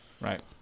right